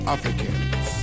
Africans